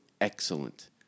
excellent